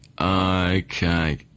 Okay